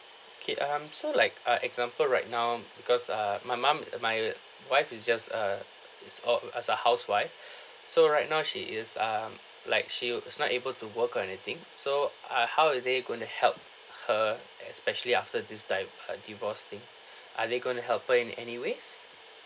okay um so like ah example right now because uh my mum uh my wife is just a is o~ ugh as a housewife so right now she is um like she w~ is not able to work or anything so ah how are they gonna help her especially after this di~ her divorce thing are they gonna help her in any ways